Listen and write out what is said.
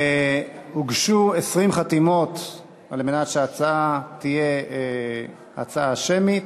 הוגשו 20 חתימות כדי שההצבעה תהיה הצבעה שמית.